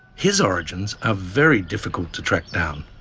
his origins are very difficult to track down.